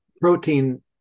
protein